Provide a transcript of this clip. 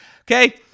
okay